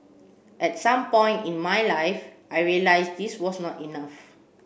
at some point in my life I realised this was not enough